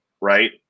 Right